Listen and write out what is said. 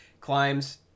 Climbs